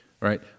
right